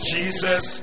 Jesus